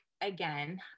again